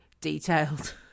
detailed